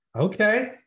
Okay